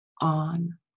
on